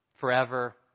forever